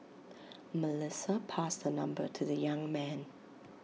Melissa passed her number to the young man